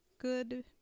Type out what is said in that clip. good